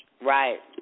Right